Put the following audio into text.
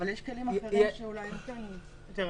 יש כלים אחרים שאולי יותר רלוונטיים.